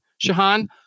Shahan